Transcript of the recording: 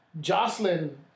Jocelyn